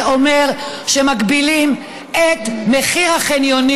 זה אומר שמגבילים את מחיר החניונים